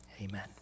amen